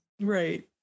Right